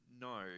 No